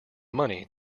money